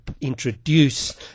introduce